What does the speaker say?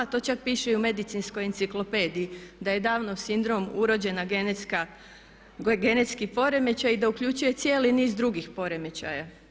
To čak piše i u medicinskoj enciklopediji da je down sindrom urođeni genetski poremećaj i da uključuje cijeli niz drugih poremećaja.